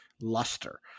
luster